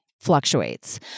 fluctuates